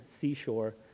seashore